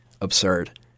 absurd